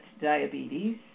diabetes